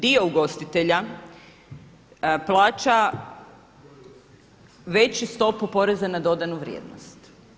Dio ugostitelja plaća veću stopu poreza na dodanu vrijednost.